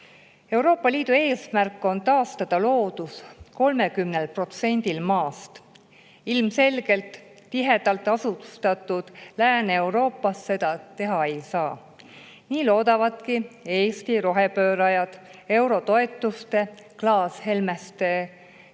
Euroopa Liidu eesmärk on taastada loodus 30%-l Maast. Tihedalt asustatud Lääne‑Euroopas seda ilmselgelt teha ei saa. Nii loodavadki Eesti rohepöörajad eurotoetuste klaashelmeste